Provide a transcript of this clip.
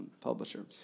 publisher